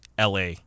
LA